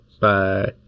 Bye